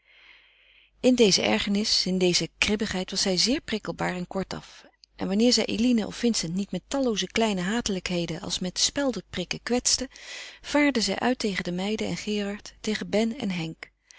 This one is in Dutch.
in deze ergernis in deze kribbigheid was zij zeer prikkelbaar en kortaf en wanneer zij eline of vincent niet met tallooze kleine hatelijkheden als met speldeprikken kwetste vaarde zij uit tegen de meiden en gerard tegen ben en henk